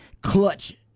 clutch